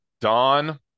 Don